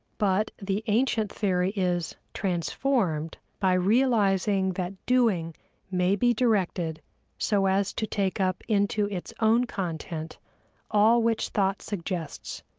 but the ancient theory is transformed by realizing that doing may be directed so as to take up into its own content all which thought suggests,